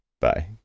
Bye